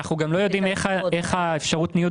אנחנו גם לא יודעים איך אפשרות הניוד